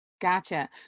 Gotcha